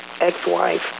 ex-wife